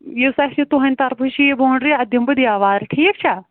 یُس اسہِ یہِ تُہٕنٛدِ طرفہٕ چھُ یہِ بونٛڈری اتھ دِمہٕ بہٕ دیوار ٹھیٖک چھا